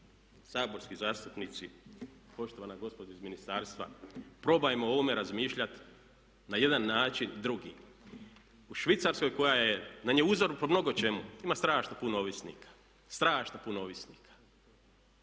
saborski zastupnici, poštovana gospođo iz ministarstva probajmo o ovome razmišljati na jedan način drugi. U Švicarskoj koja nam je uzor po mnogo čemu ima strašno puno ovisnika zato jer žive